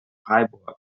freiburg